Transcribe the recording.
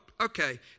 Okay